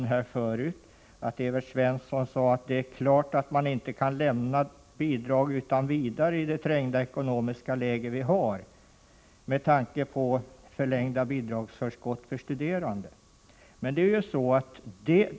Vi hörde i debatten nyss att Evert Svensson sade att det är klart att man inte kan lämna bidrag utan vidare i det trängda ekonomiska läge vi har, med tanke på förlängt bidragsförskott för studerande.